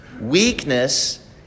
weakness